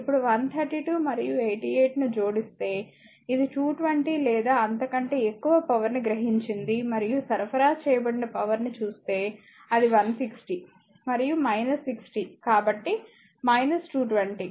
ఇప్పుడు 132 మరియు 88 ను జోడిస్తే ఇది 220 లేదా అంతకంటే ఎక్కువ పవర్ ని గ్రహించింది మరియు సరఫరా చేయబడిన పవర్ ని చూస్తే అది 160 మరియు 60 కాబట్టి 220